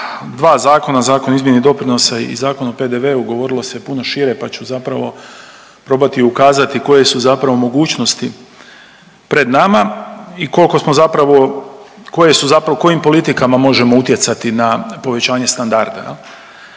dva zakona, Zakon o izmjeni doprinosa i Zakon o PDV-u govorilo se puno šire pa ću zapravo probati ukazati koje su mogućnosti pred nama i koliko smo zapravo kojim politikama možemo utjecati na povećanje standarda.